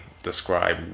Describe